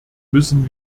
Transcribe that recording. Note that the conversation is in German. müssen